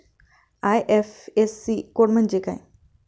IFSC code म्हणजे काय?